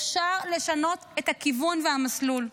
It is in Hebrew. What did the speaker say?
אפשר לשנות את הכיוון והמסלול.